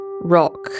rock